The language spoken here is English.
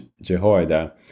Jehoiada